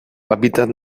hábitat